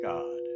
God